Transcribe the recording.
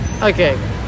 Okay